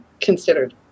considered